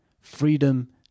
freedom